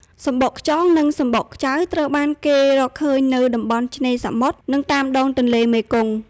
សំបកខ្យង និងសំបកខ្ចៅត្រូវបានគេរកឃើញនៅតំបន់ឆ្នេរសមុទ្រ និងតាមដងទន្លេមេគង្គ។